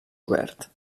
obert